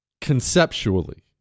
conceptually